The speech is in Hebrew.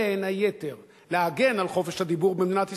בין היתר, להגן על חופש הדיבור במדינת ישראל,